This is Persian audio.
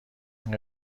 این